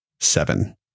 seven